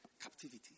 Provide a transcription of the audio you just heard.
captivity